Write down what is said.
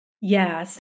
Yes